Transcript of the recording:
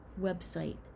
website